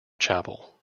chapel